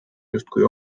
justkui